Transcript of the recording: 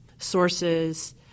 sources